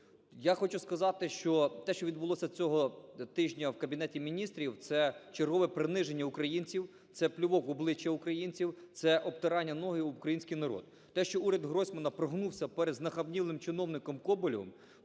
Я хочу сказати, що те, що відбулося цього тижня в Кабінеті Міністрів – це чергове приниження українців, це плювок в обличчя українців, це обтирання ніг об український народ. Те, що урядГройсмана прогнувся перед знахабнілим чиновником Коболєвим